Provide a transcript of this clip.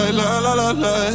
la-la-la-la